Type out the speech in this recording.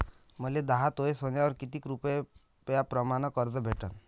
मले दहा तोळे सोन्यावर कितीक रुपया प्रमाण कर्ज भेटन?